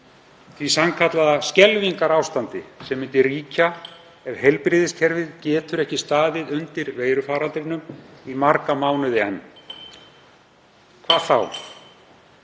því sannkallaða skelfingarástandi sem myndi ríkja ef heilbrigðiskerfið getur ekki staðið undir veirufaraldrinum í marga mánuði enn. Hvað þá?